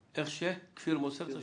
השיעור,